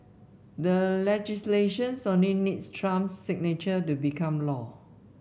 the legislations only needs Trump's signature to become law